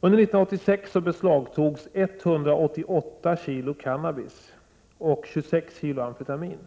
Under 1986 beslagtogs 188 kg cannabis och 26 kg amfetamin.